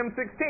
M16